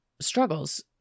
struggles